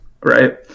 right